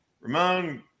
Ramon